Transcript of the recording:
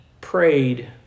prayed